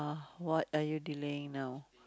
what are you delaying now